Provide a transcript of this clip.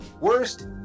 worst